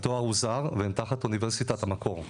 התואר הוא זר והם תחת אוניברסיטת המקור.